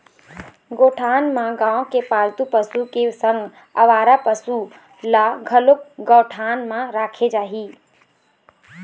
गौठान म गाँव के पालतू पशु के संग अवारा पसु ल घलोक गौठान म राखे जाही